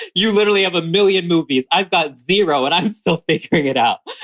you literally have a million movies. i've got zero. and i'm still figuring it out.